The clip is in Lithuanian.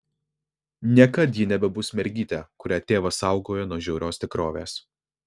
niekad ji nebebus mergytė kurią tėvas saugojo nuo žiaurios tikrovės